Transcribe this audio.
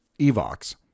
Evox